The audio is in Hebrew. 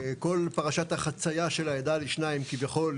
כל פרשת החצייה של העדה לשניים כביכול